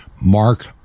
mark